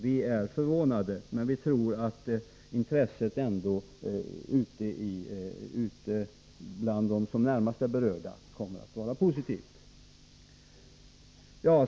Vi är förvånade, men vi tror ändå att intresset ute bland dem som närmast är berörda kommer att vara positivt.